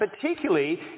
particularly